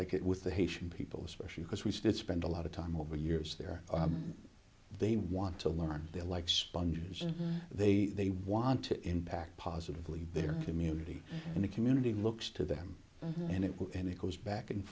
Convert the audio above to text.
it with the haitian people especially because we still spend a lot of time over the years there they want to learn they like sponge and they want to impact positively their community and the community looks to them and it and it goes back and